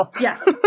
Yes